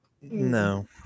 No